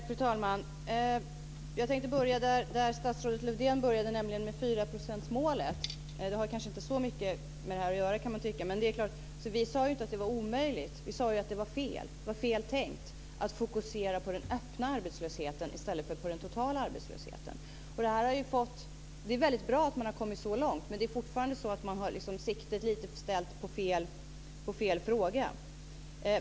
Fru talman! Jag tänkte börja där statsrådet Lövdén började, nämligen med 4-procentsmålet. Man kan tycka att det kanske inte har så mycket med det här att göra, men vi sade faktiskt inte att detta var omöjligt. Vi sade att det var fel, och fel tänkt, att fokusera på den öppna arbetslösheten i stället för på den totala arbetslösheten. Det är väldigt bra att man har kommit så långt, men man har fortfarande siktet ställt lite på fel fråga.